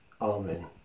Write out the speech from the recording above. Amen